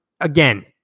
again